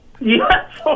Yes